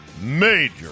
major